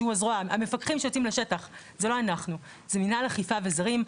המפקחים שיוצאים לשטח ממנהל אכיפה וזרים,